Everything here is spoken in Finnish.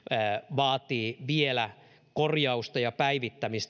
vaatii vielä korjausta ja päivittämistä mitä